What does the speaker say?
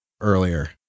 earlier